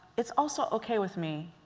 it's also ok with me,